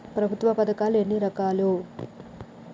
ప్రభుత్వ పథకాలు ఎన్ని రకాలు?